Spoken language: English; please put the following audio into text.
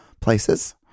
places